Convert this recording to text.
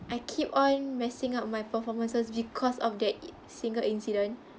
I keep on messing up my performances because of that single incident